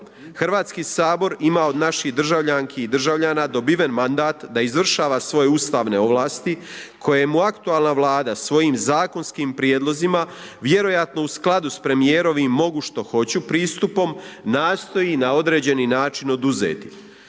Hrvatski sabor ima od naših državljanki i državljana dobiven mandat da izvršava svoje ustavne ovlasti koje mu aktualna Vlada svojim zakonskim prijedlozima vjerojatno u skladu s premijerovim „mogu što hoću“ pristupom nastoji na određeni način oduzeti.